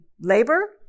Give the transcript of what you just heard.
labor